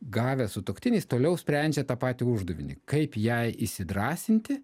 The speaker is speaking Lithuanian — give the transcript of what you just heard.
gavęs sutuoktinis toliau sprendžia tą patį uždavinį kaip jai įsidrąsinti